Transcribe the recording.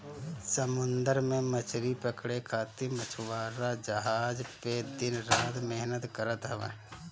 समुंदर में मछरी पकड़े खातिर मछुआरा जहाज पे दिन रात मेहनत करत हवन